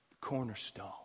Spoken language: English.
cornerstone